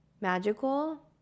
magical